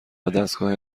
ودستگاه